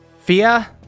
Fia